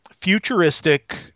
futuristic